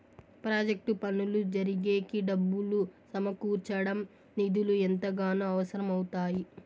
project పనులు జరిగేకి డబ్బులు సమకూర్చడం నిధులు ఎంతగానో అవసరం అవుతాయి